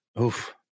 Oof